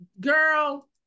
girl